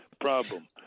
problem